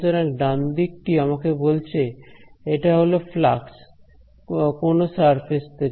সুতরাং ডান দিক টি আমাকে বলছে এটা হল ফ্লাক্স কোনও সারফেস থেকে